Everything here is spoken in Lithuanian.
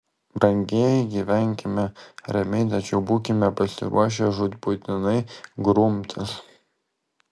brangieji gyvenkime ramiai tačiau būkime pasiruošę žūtbūtinai grumtis